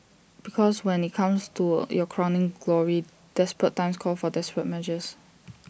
because when IT comes to your crowning glory desperate times call for desperate measures